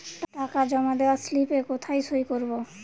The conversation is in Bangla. টাকা জমা দেওয়ার স্লিপে কোথায় সই করব?